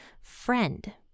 friend